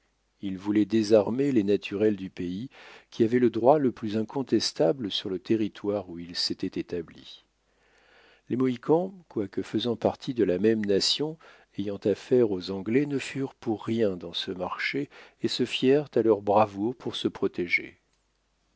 ils vouloit désarmer les naturels du pays qui avaient le droit le plus incontestable sur le territoire où ils s'étaient établis les mohicans quoique faisant partie de la même nation ayant affaire aux anglais ne furent pour rien dans ce marché et se fièrent à leur bravoure pour se protéger